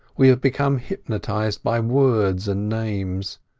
we have become hypnotized by words and names.